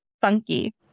funky